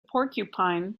porcupine